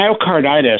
myocarditis